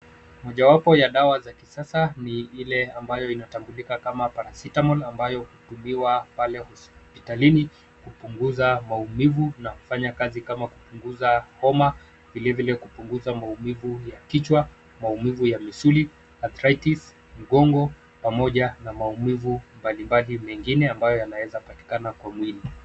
Mojawapo ya dawa za kisasa ni ile ambayo inatambulika kama (cs) Paracetamol (cs) ambayo hutumiwa pale hospitalini kupunguza maumivu na kufanya kazi kama kupunguza homa, vilevile kupunguza maumivu ya kichwa, maumivu ya misuli, (cs) arthritis (cs), mgongo, pamoja na maumivu mbalimbali mengine ambayo yanaweza kupatikana kwa mwili.